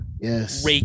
Yes